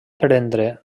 prendre